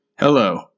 Hello